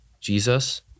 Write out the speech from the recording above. Jesus